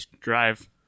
drive